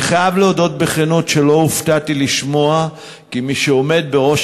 אני חייב להודות בכנות שלא הופתעתי לשמוע כי מי שעומד בראש